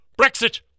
Brexit